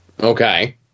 Okay